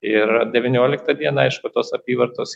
ir devynioliktą dieną aišku tos apyvartos